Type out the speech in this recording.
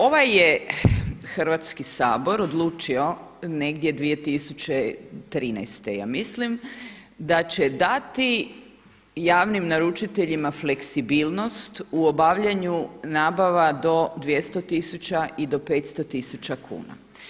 Ovaj je Hrvatski sabor odlučio negdje 2013. ja mislim da će dati javnim naručiteljima fleksibilnost u obavljanju nabava do 200 tisuća i do 500 tisuća kuna.